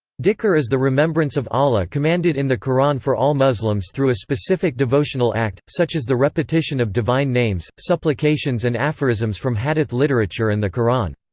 dhikr is the remembrance of allah commanded in the qur'an for all muslims through a specific devotional act, such as the repetition of divine names, supplications and aphorisms from hadith literature and the quran.